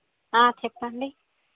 చెప్పండి